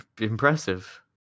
Impressive